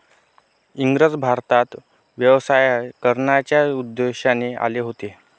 इंग्रज भारतात व्यवसाय करण्याच्या उद्देशाने आले होते